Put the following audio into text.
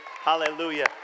Hallelujah